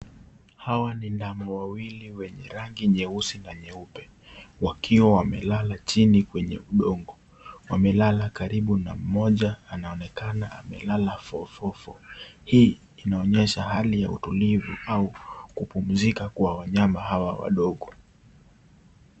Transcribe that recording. Hawa ni ndama wawili wenye rangi nyeusi na nyeupe wakiwa wamelala chini kwenye udongo. Wamelala karibu na mmoja anaonekana amelala fofofo. Hii inaonyesha hali ya utulivu au kupumzika kwa wanyama hao wadogo.